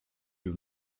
you